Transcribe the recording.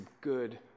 good